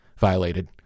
violated